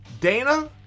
Dana